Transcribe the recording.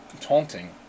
Taunting